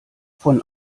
von